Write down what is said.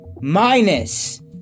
minus